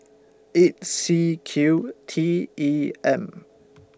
eight C Q T E M